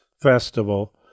festival